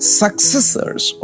successors